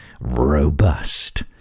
robust